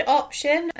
option